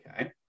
Okay